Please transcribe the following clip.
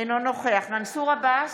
אינו נוכח מנסור עבאס,